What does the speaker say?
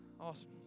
Awesome